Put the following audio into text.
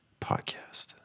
podcast